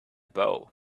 bow